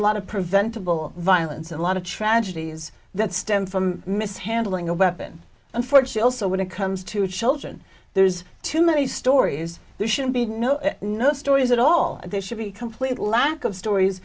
a lot of preventable violence a lot of tragedies that stem from mishandling a weapon unfortunately so when it comes to children there's too many stories there should be no no stories at all there should be complete lack of stories